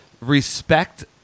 respect